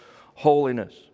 holiness